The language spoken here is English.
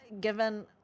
given